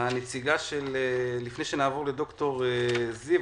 לפני שנעבור לד"ר זיו,